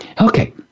Okay